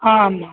आम्